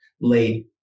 late